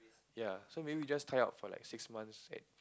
ya so maybe you just try out for like six months eh